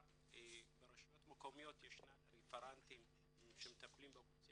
ברשויות המקומיות ישנם רפרנטים שמטפלים באוכלוסייה